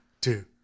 two